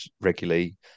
regularly